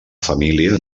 família